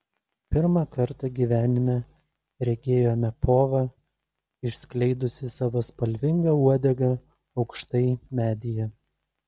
pirmą kartą gyvenime regėjome povą išskleidusį savo spalvingą uodegą aukštai medyje